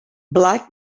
black